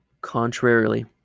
Contrarily